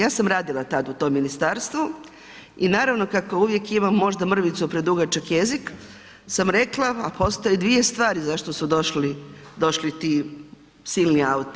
Ja sam radila tad u tom ministarstvu i naravno, kako uvijek imam možda mrvicu predugačak jezik sam rekla, a postoje dvije stvari zašto tu došli ti silni auti.